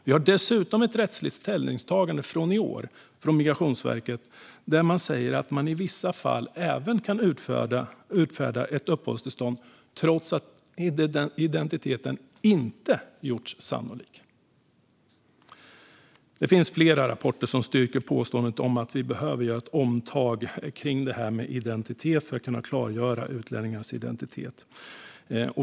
Vi har dessutom ett rättsligt ställningstagande från i år där Migrationsverket säger att man i vissa fall kan utfärda ett uppehållstillstånd trots att identiteten inte gjorts sannolik. Det finns flera rapporter som styrker att vi behöver göra ett omtag kring det här med identitet för att kunna klargöra utlänningars identitet.